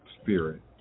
spirit